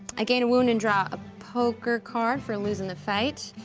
i gain a wound and draw a poker card for losin' the fight,